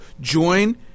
join